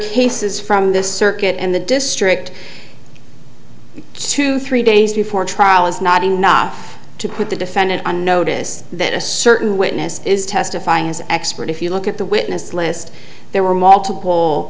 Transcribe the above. cases from this circuit and the district two three days before trial is not enough to put the defendant on notice that a certain witness is testifying as expert if you look at the witness list there were multiple